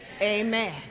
amen